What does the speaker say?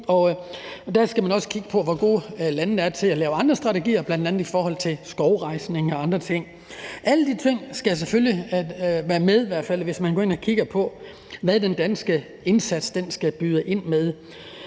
der skal man også kigge på, hvor gode landene er til at lave andre strategier, bl.a. i forhold til skovrejsning og andre ting. Alle de ting skal selvfølgelig være med, hvis man går ind og kigger på, hvad den danske indsats skal byde ind med.